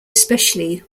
especially